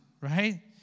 right